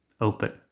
open